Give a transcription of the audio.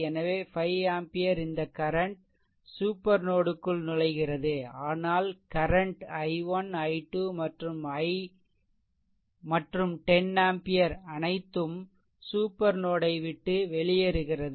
எனவே 5 ஆம்பியர் இந்த current super node க்குள் நுழைகிறது ஆனால் கரண்ட் i1 i2மற்றும் 10 ஆம்பியர் அனைத்தும் சூப்பர் நோட் யை விட்டு வெளியேறுகிறது